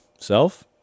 self